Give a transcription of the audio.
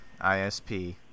ISP